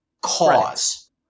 cause